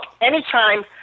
anytime